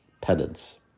penance